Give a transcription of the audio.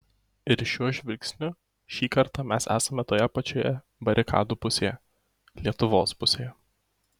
ir šiuo žvilgsniu šį kartą mes esame toje pačioje barikadų pusėje lietuvos pusėje